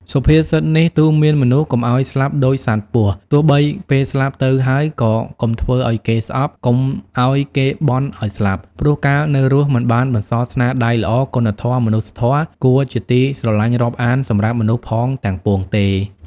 សុភាសិតនេះទូន្មានមនុស្សកុំឲ្យស្លាប់ដូចសត្វពស់ ទោះបើពេលស្លាប់ទៅហើយ ក៏កុំធ្វើឲ្យគេស្អប់ កុំឲ្យគេបន់ឲ្យស្លាប់ ព្រោះកាលនៅរស់មិនបានបន្សល់ស្នាដៃល្អ គុណធម៌ មនុស្សធម៌គួរជាទីស្រឡាញ់រាប់អានសម្រាប់មនុស្សផងទាំងពួងទេ ។